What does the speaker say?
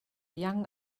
young